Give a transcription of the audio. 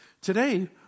Today